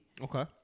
Okay